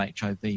HIV